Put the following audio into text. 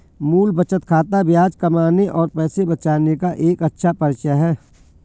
मूल बचत खाता ब्याज कमाने और पैसे बचाने का एक अच्छा परिचय है